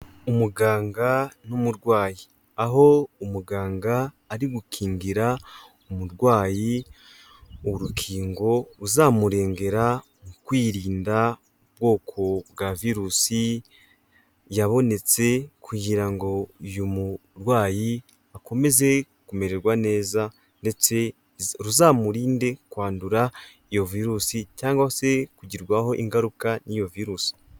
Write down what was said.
Umuganga n'umurwayi aho umuganga ari gukingira umurwayi, urukingo uzamurengera mu kwirinda ubwoko bwa virusi yabonetse, kugira ngo uyu murwayi akomeze kumererwa neza ndetse ruzamurinde kwandura iyo virusi cyangwa se kugirwaho ingaruka n'iyo virus.